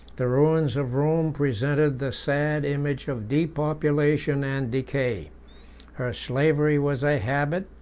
the ruins of rome presented the sad image of depopulation and decay her slavery was a habit,